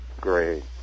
Great